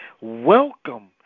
welcome